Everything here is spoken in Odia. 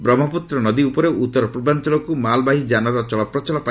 ବ୍ରହ୍ମପୁତ୍ର ନଦୀ ଉପରେ ଉତ୍ତର ପୂର୍ବାଞ୍ଚଳକୁ ମାଲ୍ବାହୀ ଯାନର ଚଳପ୍ରଚଳ ପାଇଁ